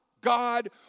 God